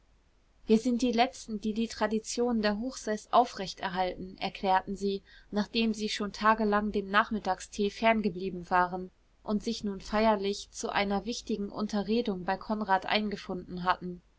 wir sind die letzten die die traditionen der hochseß aufrecht erhalten erklärten sie nachdem sie schon tagelang dem nachmittagstee ferngeblieben waren und sich nun feierlich zu einer wichtigen unterredung bei konrad eingefunden hatten